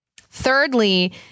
Thirdly